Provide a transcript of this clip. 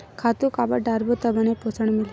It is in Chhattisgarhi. खातु काबर डारबो त बने पोषण मिलही?